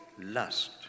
lust